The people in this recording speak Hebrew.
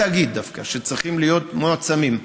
בתאגיד דווקא, שצריכים להיות מועצמים,